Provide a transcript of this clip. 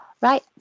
Right